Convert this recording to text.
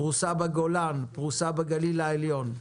היא פרוסה בגולן, היא פרוסה בגליל העליון.